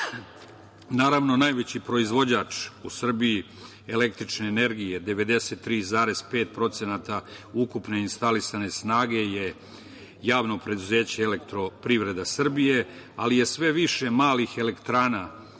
sistemom. Naravno, najveći proizvođač u Srbiji električne energije, 93,5% ukupne instalisane snage je Javno preduzeće EPS, ali je sve više malih elektrana